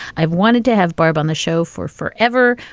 i've wanted to have barb on the show for forever.